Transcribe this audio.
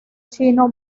chino